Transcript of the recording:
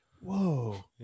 Whoa